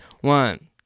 one